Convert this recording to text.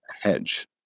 hedge